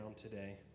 today